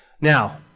Now